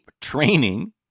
training